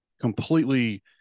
completely